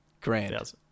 grand